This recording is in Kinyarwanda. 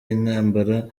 intambara